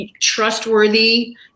trustworthy